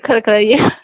ꯈꯔ ꯈꯔ